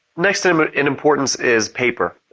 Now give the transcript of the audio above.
next um ah in importance is paper.